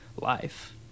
life